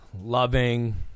loving